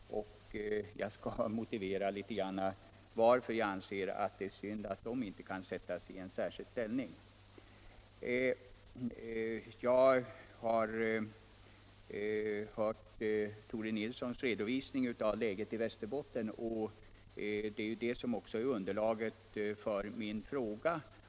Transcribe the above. Herr talman! Jag tackar för svaret på frågan. Till vissa delar är det positivt. Det positiva ligger i den redogörelse som lämnas, men det finns också vissa negativa drag, som jag beklagar — bl.a. att en särbehandling av de hemtekniska kurserna inte skulle kunna förekomma. Jag skall litet grand motivera varför jag anser att det är synd att de inte kan sättas i en särskild ställning. Jag har hört Tore Nilssons redovisning av läget i Västerbotten, som också är underlag för min fråga.